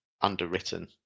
underwritten